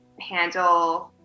handle –